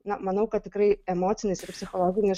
na manau kad tikrai emocinis ir psichologinis